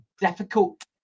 difficult